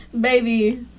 Baby